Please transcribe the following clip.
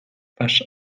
twarz